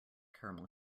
caramel